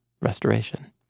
restoration